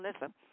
listen